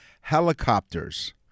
helicopters